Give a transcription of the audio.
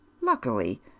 luckily